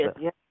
yes